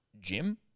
Jim